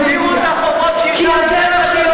תחזירו את החובות שהשארתם